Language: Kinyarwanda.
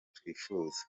twifuza